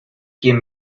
quien